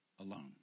alone